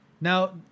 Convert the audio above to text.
Now